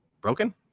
Broken